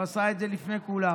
הוא עשה את זה לפני כולם.